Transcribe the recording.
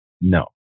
No